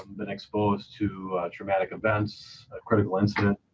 and and exposed to a traumatic a bounce critical incident.